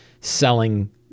selling